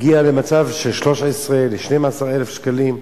הגיע למצב של 13,000, 12,000 שקלים,